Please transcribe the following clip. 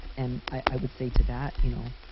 and i would say to that, you know,